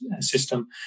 system